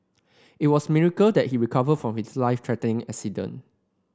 it was a miracle that he recovered from his life threatening accident